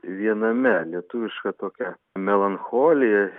viename lietuvišką tokią melancholiją